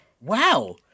Wow